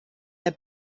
der